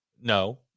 No